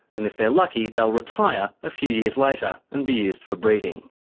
and if they're lucky they'll retire a few years later and be used for breeding.